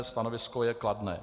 Stanovisko je kladné.)